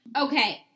Okay